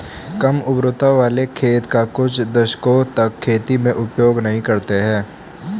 कम उर्वरता वाले खेत का कुछ दशकों तक खेती में उपयोग नहीं करते हैं